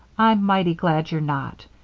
i'm mighty glad you're not.